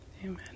Amen